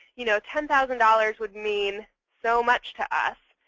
you know ten thousand dollars would mean so much to us.